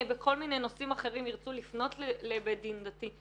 בכל מיני נושאים אחרים ירצו לפנות לבית דין דתי.